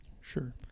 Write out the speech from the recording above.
Sure